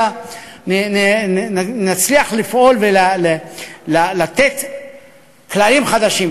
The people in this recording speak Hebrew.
אלא נצליח לפעול ולתת כללים חדשים.